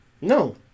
No